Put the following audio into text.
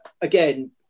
again